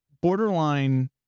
borderline